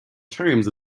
terms